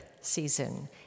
season